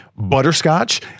butterscotch